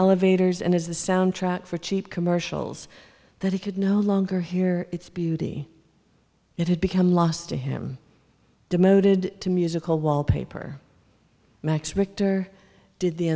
elevators and as the soundtrack for cheap commercials that he could no longer hear its beauty it had become lost to him demoted to musical wallpaper max richter did the